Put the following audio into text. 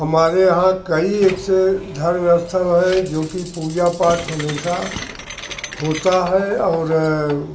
इसलिए हमारे यहाँ कई एक से धर्म स्थल हैं जो कि पूजा पाठ हमेशा होता है और